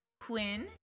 Quinn